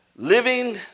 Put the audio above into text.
living